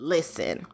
Listen